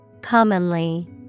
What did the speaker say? Commonly